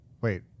Wait